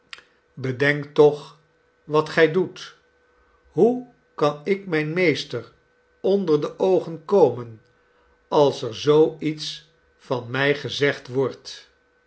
bedenk toch wat gij doetl hoe kan ik mijn meester onder de oogen komen als er zoo iets van mij gezegd wordt